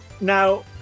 Now